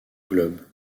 globe